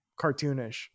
cartoonish